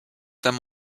them